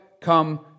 come